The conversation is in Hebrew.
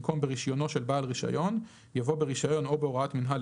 במקום "ברישיונו של בעל רישיון" יבוא "ברישיון או בהוראת מינהל,